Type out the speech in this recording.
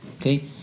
Okay